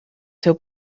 seu